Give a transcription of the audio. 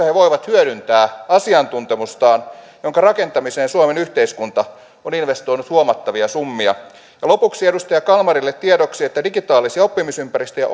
he voivat hyödyntää asiantuntemustaan jonka rakentamiseen suomen yhteiskunta on investoinut huomattavia summia ja lopuksi edustaja kalmarille tiedoksi että digitaalisia oppimisympäristöjä